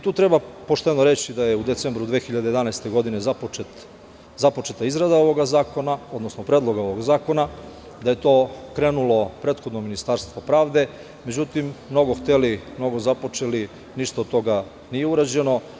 Tu treba pošteno reći da je u decembru 2011. godine započeta izrada ovoga zakona, odnosno Predloga ovoga zakona, da je to krenulo prethodno Ministarstvo pravde, međutim, "mnogo hteli, mnogo započeli", ništa od toga nije urađeno.